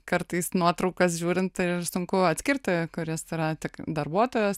kartais nuotraukas žiūrint ir sunku atskirti kuris yra tik darbuotojas